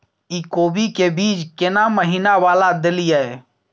इ कोबी के बीज केना महीना वाला देलियैई?